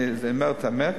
אני אומר את האמת,